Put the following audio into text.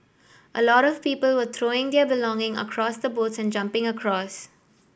a lot of people were throwing their belonging across the boats and jumping across